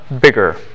bigger